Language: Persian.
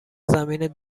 زمین